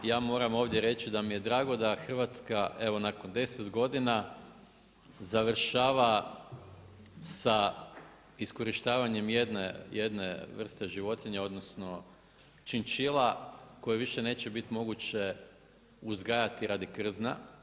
Ja moram ovdje reći da mi je drago da Hrvatska evo nakon 10 godina završava sa iskorištavanjem jedne vrste životinja, odnosno činčila koje više neće biti moguće uzgajati radi krzna.